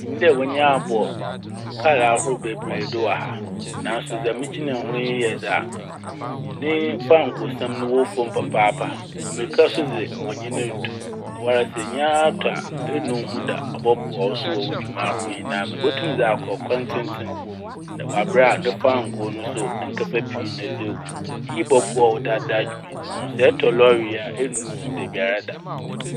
Minyim dɛ w'enyi abɔ kar ahorow bebree do wɔ ha. Naaso dza migyina ho yi yɛ dza ne fangowsɛm wɔ famu papaapa. Mbirka so dze wɔnnye no nntu. Ɔwoara sɛ enyaa tɔ a ennu wo ho da. Ɔbɔboa wo so wɔ wo dwuma ahorow nyinaa mu. Ebotum so dze akɔ kwan tsentsen, wɔ aber a ne fangow so nnkɛfa pii na edze egu mu. Iyi bɔboa wo wɔ wo daadaa dwumadzi ho. Sɛ ɛtɔ lɔre yi a ennu wo ho dabiara da.